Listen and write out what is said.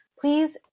Please